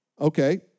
Okay